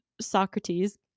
socrates